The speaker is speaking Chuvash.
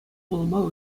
пулма